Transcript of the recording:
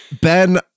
ben